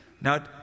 Now